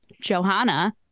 Johanna